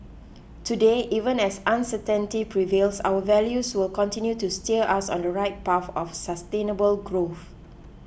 today even as uncertainty prevails our values will continue to steer us on the right path of sustainable growth